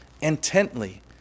intently